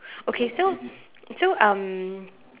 okay so so um